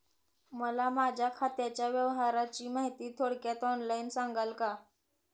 मला माझ्या खात्याच्या व्यवहाराची माहिती थोडक्यात ऑनलाईन सांगाल का?